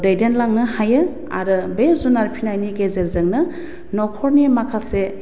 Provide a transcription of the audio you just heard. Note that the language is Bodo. दैदेनलांनो हायो आरो बे जुनार फिसिनायनि गेजेरजोंनो न'खरनि माखासे